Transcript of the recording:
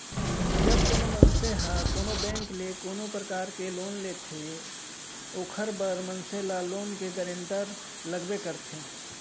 जब कोनो मनसे ह कोनो बेंक ले कोनो परकार ले लोन लेथे ओखर बर मनसे ल लोन के गारेंटर लगबे करथे